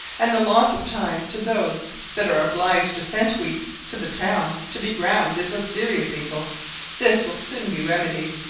and the loss of time to those that are obliged to send wheat to the town to be ground, is a serious evil this will soon be remedied,